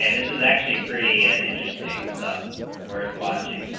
and is is actually pretty ah interesting stuff worth watching